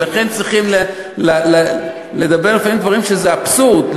ולכן צריכים לדבר לפעמים דברים שהם אבסורד,